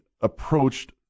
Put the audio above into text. approached